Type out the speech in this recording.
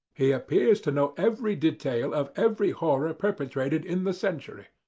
he appears to know every detail of every horror perpetrated in the century.